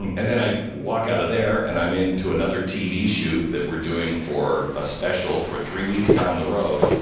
and then i walk out of there and i'm into another tv shoot that i'm doing for a special for three weeks down the road.